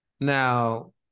Now